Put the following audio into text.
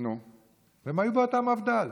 והם היו באותה מפד"ל.